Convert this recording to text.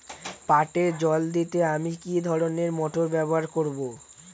পাটে জল দিতে আমি কি ধরনের মোটর ব্যবহার করব?